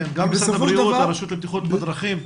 גם משרד הבריאות והרשות לבטיחות בדרכים.